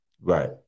Right